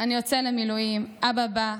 אני יוצא למילואים / אבא בא,